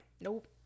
nope